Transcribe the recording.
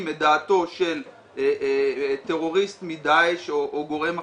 את דעתו של טרוריסט מדעאש או גורם אחר,